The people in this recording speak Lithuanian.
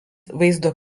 vaizdo